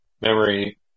memory